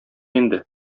инде